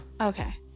Okay